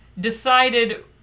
decided